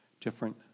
different